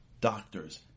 doctors